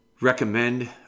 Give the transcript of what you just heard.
recommend